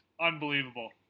unbelievable